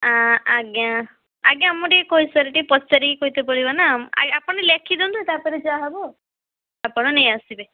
ଆଜ୍ଞା ଆଜ୍ଞା ମୁଁ ଟିକେ କହିସାରେ ଟିକେ ପଚାରିକି କହିତେ ପଡ଼ିବନା ଆପଣ ଟିକେ ଲେଖି ଦିଅନ୍ତୁ ତା'ପରେ ଯାହାହେବ ଆପଣ ନେଇଆସିବେ